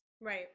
Right